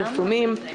פרסומים,